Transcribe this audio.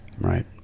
Right